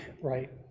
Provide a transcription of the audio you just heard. Right